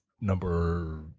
number